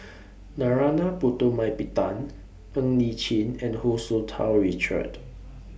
Narana Putumaippittan Ng Li Chin and Hu Tsu Tau Richard